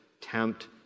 tempt